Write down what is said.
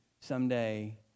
someday